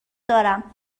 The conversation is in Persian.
دارم